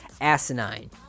asinine